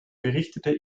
berichtete